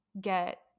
get